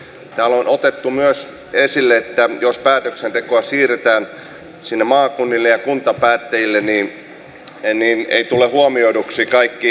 täällä on otettu myös esille että jos päätöksentekoa siirretään sinne maakunnille ja kuntapäättäjille niin eivät tule huomioiduksi kaikki asiat